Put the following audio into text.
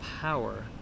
power